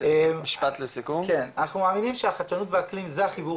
אנחנו מאמינים שהחדשות באקלים זה החיבור